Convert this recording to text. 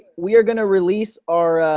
we are going to release our